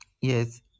yes